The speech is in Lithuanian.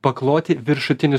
pakloti viršutinį